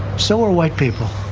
so are white people.